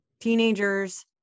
teenagers